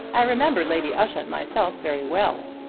i remember lady ushant myself very well.